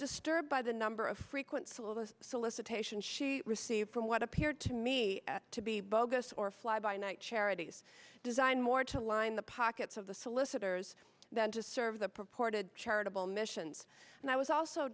disturbed by the number of frequence a little solicitation she received from what appeared to me to be bogus or fly by night charities designed more to line the pockets of the solicitors than to serve the purported charitable missions and i was also